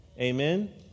Amen